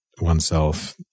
oneself